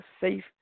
safe